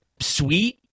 sweet